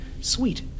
Sweet